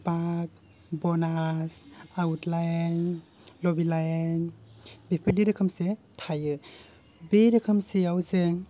बाग बनास आउटलाइन लबिलाइन बेफोरदि रोखोमसे थायो बे रोखोमसेयाव जों